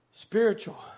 Spiritual